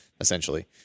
essentially